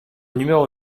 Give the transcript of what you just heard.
numéro